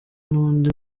n’undi